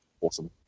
awesome